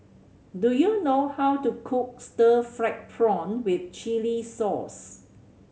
do you know how to cook stir fried prawn with chili sauce